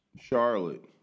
Charlotte